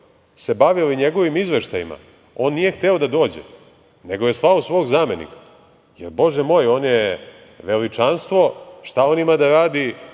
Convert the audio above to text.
bavili njegovim izveštajima, on nije hteo da dođe, nego je slao svog zamenika, jer, bože moj, on je veličanstvo, šta on ima da radi